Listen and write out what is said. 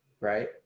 right